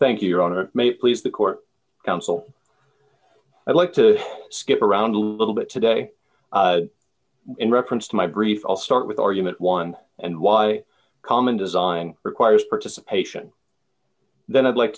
thank you your honor may i please the court counsel i'd like to skip around a little bit today in reference to my brief i'll start with argument one and why common design requires participation then i'd like